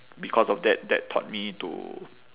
because of that that taught me to